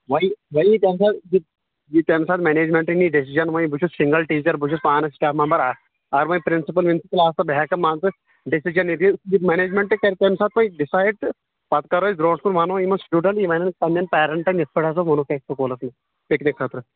وۄنۍ یہِ وۅنۍ یہِ تمہِ ساتہٕ یہِ تمہِ ساتہٕ منیجمِنٹہٕ نِیہِ ڈسیجن بہٕ چھُس سِنگل ٹیٖچر بہٕ چھُس پانہٕ سِٹاپ ممبر اکھ اگر وۄنۍ پرنسپل وِنسپل آسہٕ ہا بہٕ ہیٚکہٕ ہا مان ژٕ ڈسیجن یہِ دِتھ منیجمِنٹ تہِ کرِ تَمہِ ساتہٕ وۄنۍ ڈِسایڈ تہٕ پتہٕ کرو أسۍ برٛوٗنٛٹھ کُن ونو یِمن سِٹوٗڈنٛٹن یِمہٕ ونَن پنہٕ نیٚن پیرنٹن یِتھٕ پأٹھۍ ہسا ووٚنُکھ اَسہِ سکوٗلس منٛز پِکنِک خأطرٕ